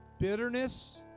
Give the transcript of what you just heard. Bitterness